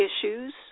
issues